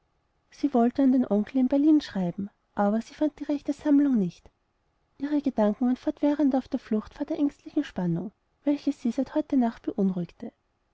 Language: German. sie wollte an den onkel in berlin schreiben aber sie fand die rechte sammlung nicht ihre gedanken waren fortwährend auf der flucht vor der ängstlichen spannung welche sie seit heute nacht beunruhigte